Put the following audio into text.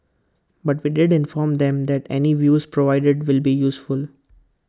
but we did inform them that any views provided would be useful